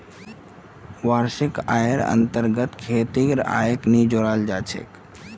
वार्षिक आइर अन्तर्गत खेतीर आइक नी जोडाल जा छेक